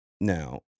Now